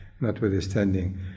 notwithstanding